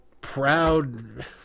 proud